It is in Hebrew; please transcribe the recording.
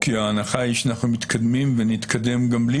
כי ההנחה היא שאנחנו מתקדמים ונתקדם גם בלי